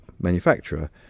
manufacturer